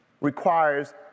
requires